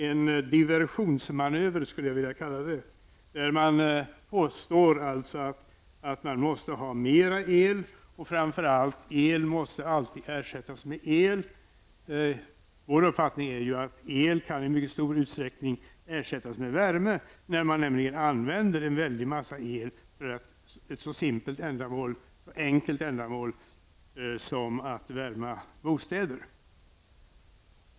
En diversionsmanöver skulle jag vilja kalla detta, där man påstår att man måste ha mer el och framför allt att el alltid måste ersättas med el. Vår uppfattning är att el i mycket stor utsträckning kan ersättas med värme. Man använder ju en väldig massa el för ett så enkelt ändamål som att värma bostäder.